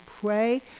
pray